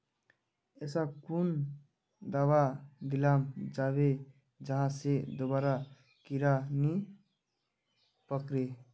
ऐसा कुन दाबा दियाल जाबे जहा से दोबारा कीड़ा नी पकड़े?